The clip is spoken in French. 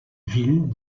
ville